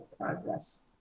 progress